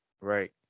Right